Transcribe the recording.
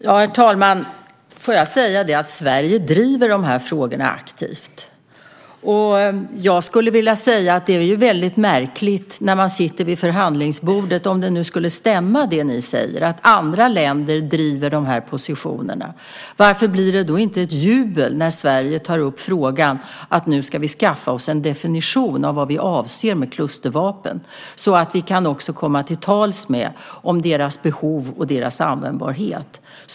Herr talman! Sverige driver de här frågorna aktivt. Jag skulle vilja säga att det är väldigt märkligt - om det ni säger nu skulle stämma, att andra länder driver de här positionerna - att det när man sitter vid förhandlingsbordet inte blir ett jubel när Sverige tar upp frågan att vi nu ska skaffa oss en definition av vad vi avser med klustervapen så att vi också kan komma till tals om deras behov och deras användbarhet.